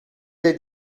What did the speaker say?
dei